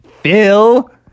Phil